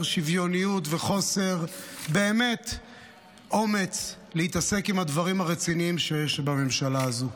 השוויוניות ובאמת חוסר האומץ להתעסק עם הדברים הרציניים שיש בממשלה הזו.